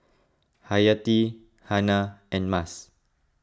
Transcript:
Hayati Hana and Mas